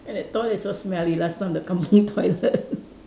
and the toilet is so smelly last time the kampung toilet